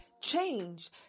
Change